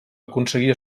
aconseguir